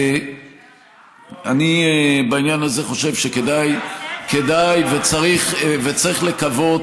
אני בעניין הזה חושב שכדאי וצריך לקוות